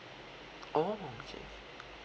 oh okay